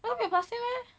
那个有 plastic meh